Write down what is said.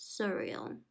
surreal